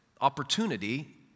opportunity